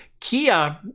Kia